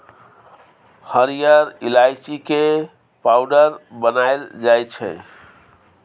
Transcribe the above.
हरिहर ईलाइची के पाउडर बनाएल जाइ छै